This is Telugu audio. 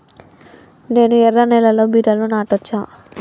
నేను ఎర్ర నేలలో బీరలు నాటచ్చా?